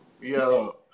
Yo